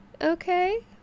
okay